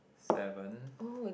seven